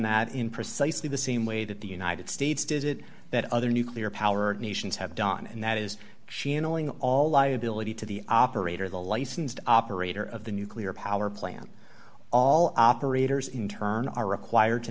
that in precisely the same way that the united states does it that other nuclear power nations have done and that is she annoying all liability to the operator the licensed operator of the nuclear power plant all operators in turn are required to